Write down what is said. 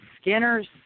Skinner's